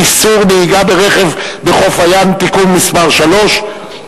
איסור נהיגה ברכב בחוף הים (תיקון מס' 3),